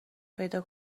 پیدا